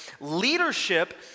Leadership